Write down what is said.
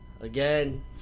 Again